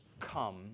come